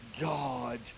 God